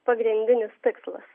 pagrindinis tikslas